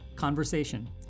Conversation